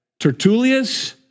Tertullius